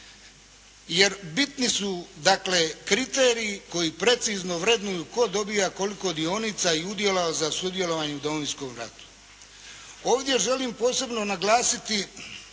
jer bitni su dakle kriteriji koji precizno vrednuju tko dobiva koliko dionica i udjela za sudjelovanje u Domovinskom ratu. Ovdje želim posebno naglasiti